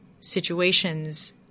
situations –